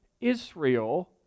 Israel